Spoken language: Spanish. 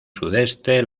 sudeste